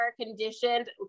conditioned